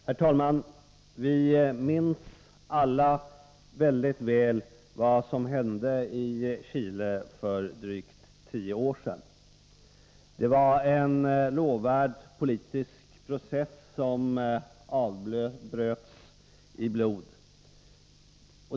Herr talman! Vi minns alla mycket väl vad som hände i Chile för drygt tio år sedan. Det var en lovvärd politisk process som avbröts i blod.